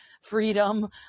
freedom